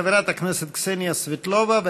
חברת הכנסת קסניה סבטלובה,